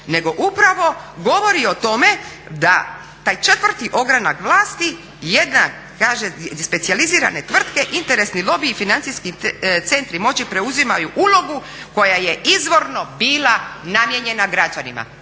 nego upravo govori o tome da taj četvrti ogranak vlasti …/Govornik se ne razumije./… specijalizirane tvrtke interesni lobiji i financijski centri moći preuzimaju ulogu koja je izvorno bila namijenjena građanima.